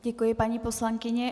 Děkuji paní poslankyni.